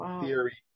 theory